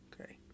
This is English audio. Okay